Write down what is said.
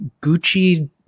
Gucci